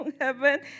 heaven